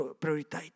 priority